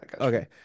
Okay